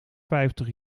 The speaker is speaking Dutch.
vijftig